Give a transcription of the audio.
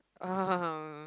um